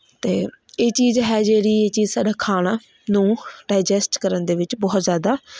ਅਤੇ ਇਹ ਚੀਜ਼ ਹੈ ਜਿਹੜੀ ਇਹ ਚੀਜ਼ ਸਾਡਾ ਖਾਣੇ ਨੂੰ ਡਾਏਜਸਟ ਕਰਨ ਦੇ ਵਿੱਚ ਬਹੁਤ ਜ਼ਿਆਦਾ